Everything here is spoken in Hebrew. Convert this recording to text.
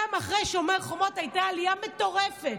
גם אחרי שומר החומות הייתה עלייה מטורפת.